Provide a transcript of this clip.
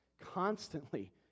Constantly